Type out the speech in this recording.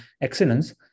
excellence